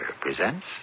presents